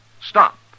stop